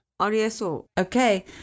Okay